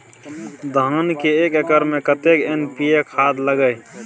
धान के एक एकर में कतेक एन.पी.ए खाद लगे इ?